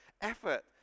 Effort